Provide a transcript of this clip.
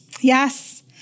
Yes